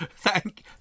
Thank